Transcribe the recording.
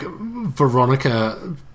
veronica